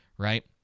right